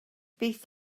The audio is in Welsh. beth